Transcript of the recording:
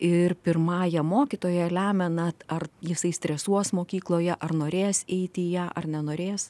ir pirmąja mokytoja lemia nat ar jisai stresuos mokykloje ar norės eiti į ją ar nenorės